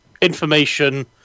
information